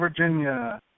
Virginia